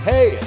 Hey